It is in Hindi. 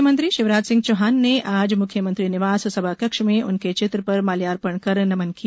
मुख्यमंत्री शिवराज सिंह चौहान ने आज मुख्यमंत्री निवास सभाकक्ष में उनके चित्र पर माल्यार्पण कर नमन किया